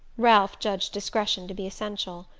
ralph judged discretion to be essential.